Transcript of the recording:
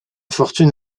fortune